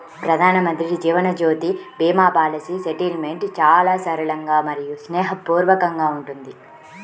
ప్రధానమంత్రి Jeevan Jyoti Bima policy settlement చాలా సరళంగా మరియు స్నేహపూర్వకంగా ఉంటుంది